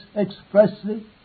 expressly